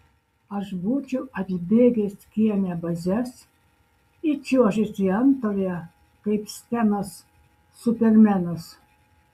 aš būčiau apibėgęs kieme bazes įčiuožęs į antrąją kaip stenas supermenas